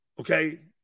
Okay